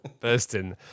bursting